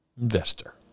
Investor